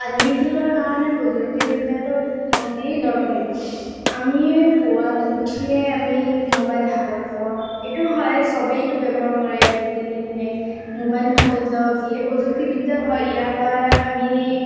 আধুনিক যুগৰ কাৰণে প্ৰযুক্তিবিদ্যাটো অতি দৰকাৰী আমি পুৱা উঠিয়ে আমি ম'বাইল হাতত লওঁ সেইটো হয় সবেইটো ব্যৱহাৰ কৰে আজিকালি যেনে ম'বাইলটো হাতত লওঁ যিয়ে প্ৰযুক্তিবিদ্যাৰ হয় ইয়াৰ সহায়ত আমি